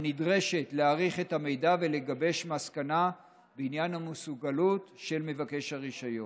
הנדרשת להעריך את המידע ולגבש מסקנה בעניין המסוגלות של מבקש הרישיון.